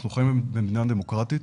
אנחנו חיים במדינה דמוקרטית,